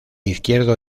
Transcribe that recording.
izquierdo